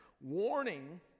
Warning